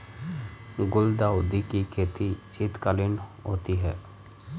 गुलदाउदी की खेती शीतकालीन होती है